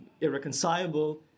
irreconcilable